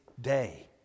day